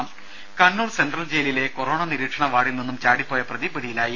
രുമ കണ്ണൂർ സെൻട്രൽ ജയിലിലെ കൊറോണ നിരീക്ഷണ വാർഡിൽ നിന്നും ചാടിപ്പോയ പ്രതി പിടിയിലായി